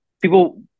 people